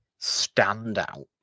standout